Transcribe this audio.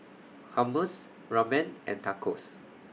Hummus Ramen and Tacos